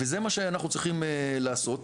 וזה מה שאנחנו צריכים לעשות.